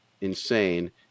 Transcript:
insane